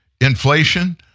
Inflation